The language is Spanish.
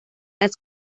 las